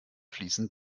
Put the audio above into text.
fließen